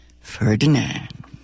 Ferdinand